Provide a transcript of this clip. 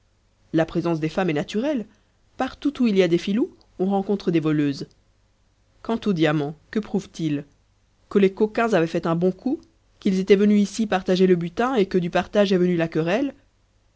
la présence des femmes est naturelle partout où il y a des filous on rencontre des voleuses quant au diamant que prouve t il que les coquins avaient fait un bon coup qu'ils étaient venus ici partager le butin et que du partage est venue la querelle